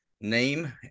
name